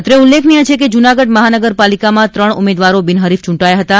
અત્રે ઉલ્લેખનીય છે કે જૂનાગઢ મહાનગરપાલિકામાં ત્રણ ઉમેદવારો બિનહરીફ ચૂંટાયા હતા